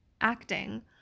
acting